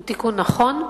הוא תיקון נכון,